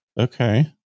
Okay